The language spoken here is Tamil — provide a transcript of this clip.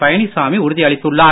பழனிசாமி உறுதி அளித்துள்ளார்